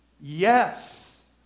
Yes